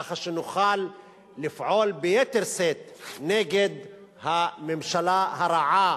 כך שנוכל לפעול ביתר שאת נגד הממשלה הרעה